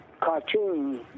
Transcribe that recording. cartoon